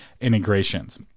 integrations